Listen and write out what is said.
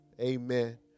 Amen